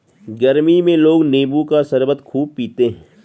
गरमी में लोग नींबू का शरबत खूब पीते है